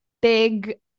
Big